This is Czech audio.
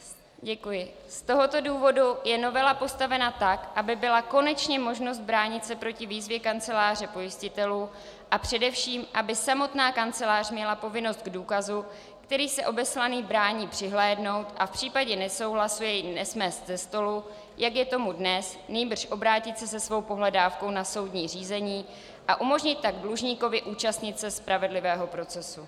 Z tohoto důvodu je novela postavena tak, aby byla konečně možnost bránit se proti výzvě kanceláře pojistitelů a především aby samotná kancelář měla povinnost k důkazu, kterému se obeslaný brání, přihlédnout a v případě nesouhlasu jej nesmést ze stolu, jak je tomu dnes, nýbrž obrátit se svou pohledávkou na soudní řízení a umožnit tak dlužníkovi účastnit se spravedlivého procesu.